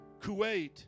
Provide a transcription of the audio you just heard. Kuwait